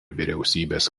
vyriausybės